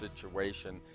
situation